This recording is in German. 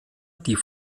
die